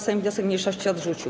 Sejm wniosek mniejszości odrzucił.